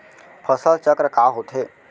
फसल चक्र का होथे?